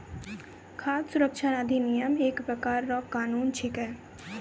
खाद सुरक्षा अधिनियम एक प्रकार रो कानून छिकै